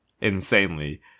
Insanely